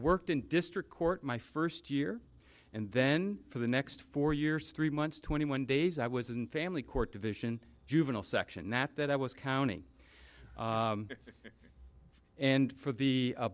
worked in district court my first year and then for the next four years three months twenty one days i was in family court division juvenile section at that i was county and for the